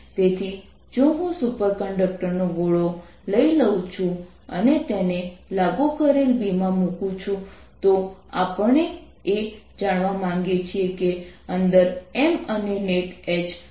તેથી જો હું સુપરકંડક્ટર નો ગોળો લઈ લઉ છું અને તેને લાગુ કરેલ B માં મુકું છું તો આપણે એ જાણવા માગીશું કે અંદર M અને નેટ H શું છે